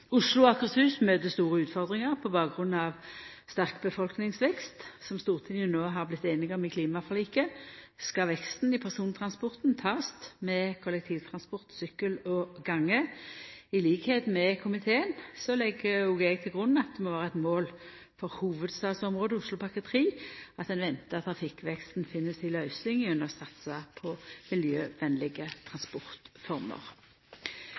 Oslo og Akershus møter store utfordringar på bakgrunn av sterk befolkningsvekst. Som Stortinget no har vorte einig om i klimaforliket, skal veksten i persontransporten takast med kollektivtransport, sykkel og gange. Til liks med komiteen legg òg eg til grunn at det må vera eit mål for hovudstadsområdet, Oslopakke 3, at ein ventar at trafikkveksten finn si løysing gjennom å satsa på